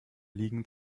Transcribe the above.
liegen